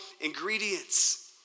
ingredients